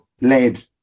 led